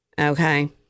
Okay